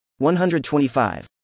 125